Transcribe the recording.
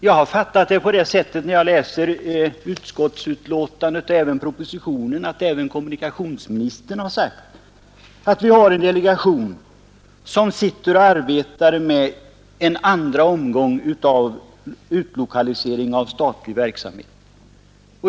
Jag har fattat det så, när jag läste utskottsbetänkandet och propositionen, att även kommunikationsministern har sagt att det finns en delegation som arbetar med en andra omgång av utlokalisering av statlig verksamhet.